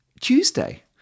Tuesday